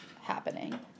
happening